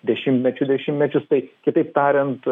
dešimtmečių dešimtmečius taip kitaip tariant